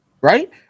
Right